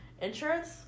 Insurance